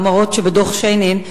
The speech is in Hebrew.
אף-על-פי שבדוח-שיינין,